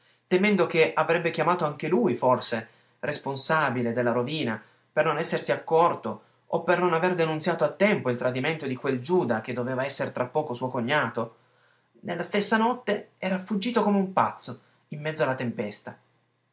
temendo che avrebbe chiamato anche lui forse responsabile della rovina per non essersi accorto o per non aver denunziato a tempo il tradimento di quel giuda che doveva esser tra poco suo cognato nella stessa notte era fuggito come un pazzo in mezzo alla tempesta